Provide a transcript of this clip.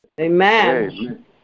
Amen